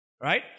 Right